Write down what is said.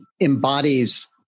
embodies